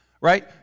Right